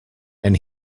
and